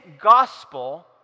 gospel